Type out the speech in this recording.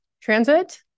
transit